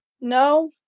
No